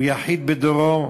הוא יחיד בדורו,